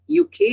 UK